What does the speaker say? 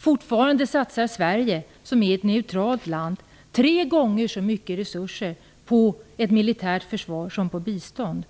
Fortfarande satsar Sverige, som är ett neutralt land, tre gånger så mycket resurser på ett militärt försvar som på bistånd.